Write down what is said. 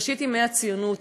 בראשית ימי הציונות,